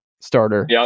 starter